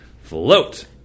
float